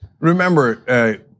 Remember